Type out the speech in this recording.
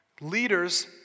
Leaders